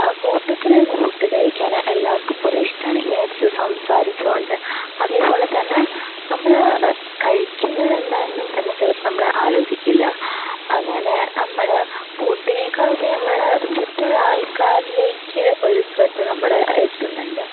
കൂട്ടത്തിലിരുന്നു food കഴിക്കാന് എല്ലാവർക്കും പൊതുവേ ഇഷ്ടമാണ് ഇങ്ങനെ സംസാരിച്ചുകൊണ്ട് അതേപോലെ തന്നെ നമ്മള് കഴിക്കുന്നതെന്താന്ന് തന്നെ ചിലപ്പം നമ്മള് ആലോചിക്കില്ല അങ്ങനെ നമ്മള് ഫുഡിനേക്കാളുപരി നമ്മള് ചുറ്റുമുള്ള ആള്ക്കാരിലേക്ക് ഒരു ശ്രദ്ധ നമ്മുടെ എത്തുന്നുണ്ട്